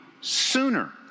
sooner